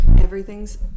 Everything's